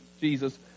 Jesus